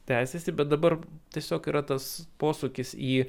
tęsiasi bet dabar tiesiog yra tas posūkis į